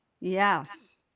Yes